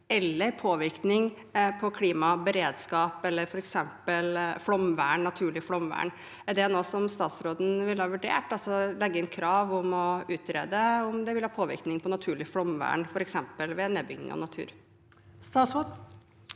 eller påvirkning på klima, beredskap eller f.eks. naturlig flomvern. Er det noe som statsråden ville ha vurdert, altså å legge inn krav om å utrede om det vil ha påvirkning på naturlig flomvern, f.eks., ved nedbygging av natur? Statsråd